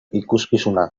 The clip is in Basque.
ikuskizuna